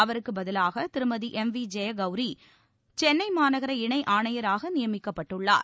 அவருக்குப் பதிலாக திருமதி எம் வி ஜெயகௌரி சென்னை மாநகர இணை ஆணையராக நியமிக்கப்பட்டுள்ளார்